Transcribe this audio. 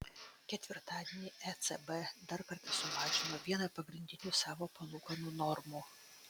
ketvirtadienį ecb dar kartą sumažino vieną pagrindinių savo palūkanų normų